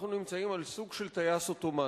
אנחנו נמצאים על סוג של טייס אוטומטי: